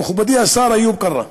מכובדי השר איוב קרא,